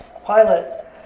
Pilot